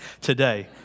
today